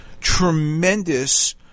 tremendous